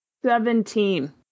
Seventeen